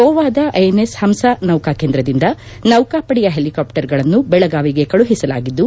ಗೋವಾದ ಐಎನ್ಎಸ್ ಪಂಸ ನೌಕಾ ಕೇಂದ್ರದಿಂದ ನೌಕಾಪಡೆಯ ಹೆಲಿಕಾಪ್ಲರ್ಗಳನ್ನು ಬೆಳಗಾವಿಗೆ ಕಳುಹಿಸಲಾಗಿದ್ದು